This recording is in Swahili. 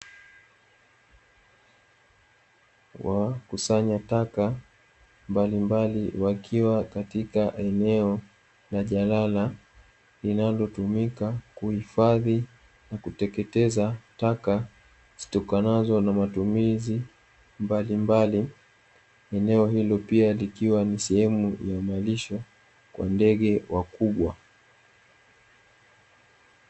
Wakusanya taka mbalimbali wakiwa katika eneo la jalala linalotumika kuhifadhi na kuteketeza taka zitokanazo na matumizi mbalimbali, eneo hilo pia likiwa ni sehemu ya malisho kwa ndege wakubwa.